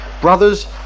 brothers